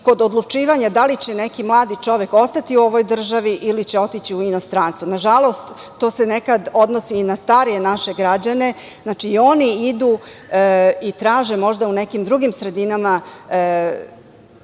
kod odlučivanja, da li će neki mladi čovek ostati u ovoj državi ili će otići u inostranstvo? Nažalost, to se nekad odnosi i na starije naše građane, znači i oni idu i traže možda u nekim drugim sredinama